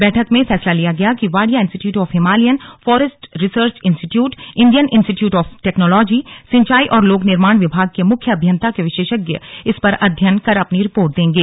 बैठक में निर्णय लिया गया कि Wadia institute of Himalayan forest research institute Indian institute of technology सिंचाई और लोक निर्माण विभाग के मुख्य अभियंता के विशेषज्ञ इस पर अध्ययन कर अपनी रिपोर्ट देंगे